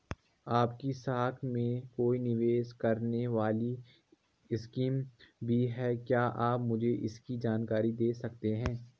आपकी शाखा में कोई निवेश करने वाली स्कीम भी है क्या आप मुझे इसकी जानकारी दें सकते हैं?